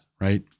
right